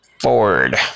Ford